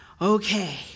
Okay